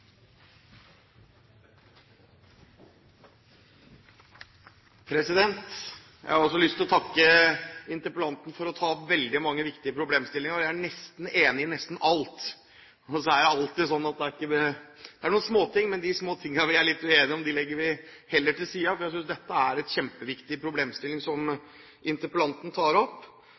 Jeg har også lyst til å takke interpellanten for å ta opp veldig mange viktige problemstillinger. Jeg er nesten enig i nesten alt. Så er det alltid slik at det er noen småting, men de små tingene vi er litt uenige om, legger vi heller til side, for jeg synes det er kjempeviktige problemstillinger interpellanten tar opp.